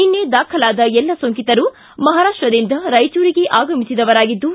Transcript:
ನಿನ್ನೆ ದಾಖಲಾದ ಎಲ್ಲ ಸೋಂಕಿತರು ಮಹಾರಾಷ್ಟರಿಂದ ರಾಯಚೂರುಗೆ ಆಗಮಿಸಿದವರಾಗಿದ್ದು